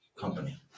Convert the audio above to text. company